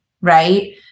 right